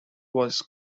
was